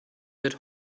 wird